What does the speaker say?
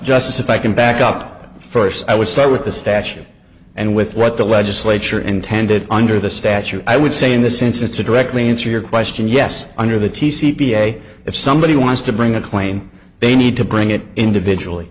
justice if i can back up first i would start with the statute and with what the legislature intended under the statute i would say in this instance to directly answer your question yes under the tea c p a if somebody wants to bring a claim they need to bring it individually